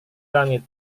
langit